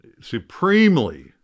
supremely